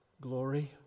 glory